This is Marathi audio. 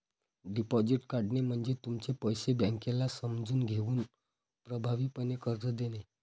डिपॉझिट काढणे म्हणजे तुमचे पैसे बँकेला समजून घेऊन प्रभावीपणे कर्ज देणे